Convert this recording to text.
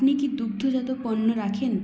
আপনি কি দুগ্ধজাত পণ্য রাখেন